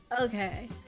Okay